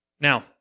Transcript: Now